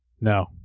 No